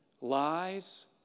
lies